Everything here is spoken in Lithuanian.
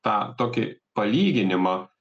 tą tokį palyginimą